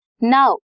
Now